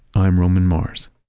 i'm roman mars